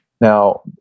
Now